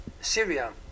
Syria